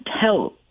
tell